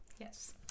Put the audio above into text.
Yes